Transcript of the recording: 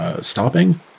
stopping